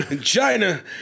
China